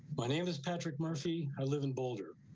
my name is patrick murphy. i live in boulder